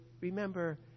remember